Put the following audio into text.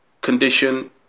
condition